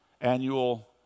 annual